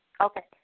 Okay